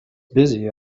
busy